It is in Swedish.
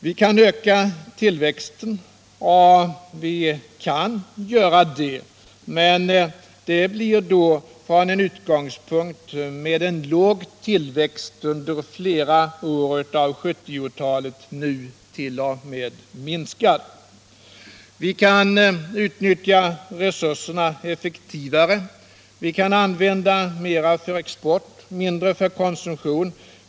Vi kan öka tillväxten, men det blir från en utgångspunkt med låg tillväxt under flera år av 1970-talet, nu t.o.m. minskad. Vi kan utnyttja resurserna effektivare, använda mera för export och mindre för konsumtion.